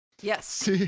Yes